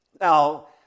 Now